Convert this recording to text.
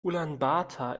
ulaanbaatar